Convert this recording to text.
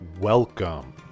welcome